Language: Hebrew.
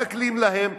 מתנכלים להם,